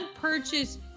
purchase